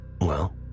Well